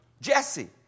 Jesse